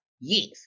Yes